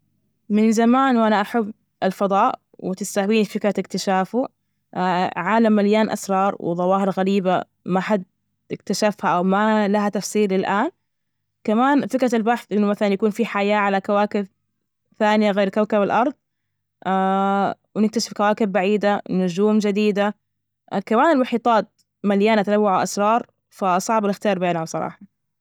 من زمان، وأنا أحب الفضاء، وتستهوين فكرة إكتشافه، عالم مليان أسرار وظواهر غريبة، ما حد إكتشفها أو ما لها تفسير للآن، كمان فكرة البحث إنه مثلا يكون في حياة على كواكب ثانيه غير كوكب الأرض ونكتشف كواكب بعيدة، نجوم جديدة، كمان المحيطات مليانة تنوع وأسرار، فصعب الإختيار بينهم صراحة.